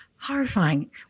horrifying